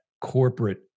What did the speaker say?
corporate